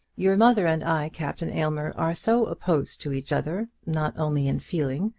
your mother and i, captain aylmer, are so opposed to each other, not only in feeling,